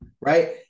right